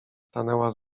stanęła